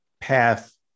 path